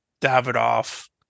Davidoff